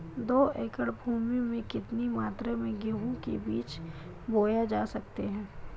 दो एकड़ भूमि में कितनी मात्रा में गेहूँ के बीज बोये जा सकते हैं?